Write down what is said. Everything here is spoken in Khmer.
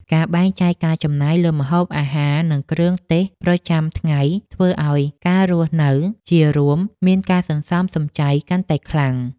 ការបែងចែកការចំណាយលើម្ហូបអាហារនិងគ្រឿងទេសប្រចាំថ្ងៃធ្វើឱ្យការរស់នៅជារួមមានការសន្សំសំចៃកាន់តែខ្លាំង។